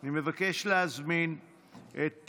אני מבקש להזמין את